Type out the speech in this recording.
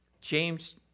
James